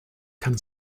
can